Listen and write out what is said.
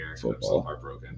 football